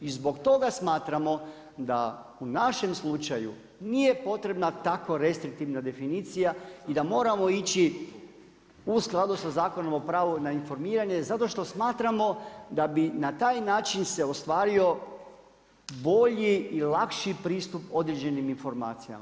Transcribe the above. I zbog toga smatramo da u našem slučaju nije potrebna tako restriktivna definicija i da moramo ići u skladu sa Zakonom o pravu na informiranje zato što smatramo da bi na taj način se ostvario bolji i lakši pristup određenim informacijama.